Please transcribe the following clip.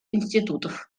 институтов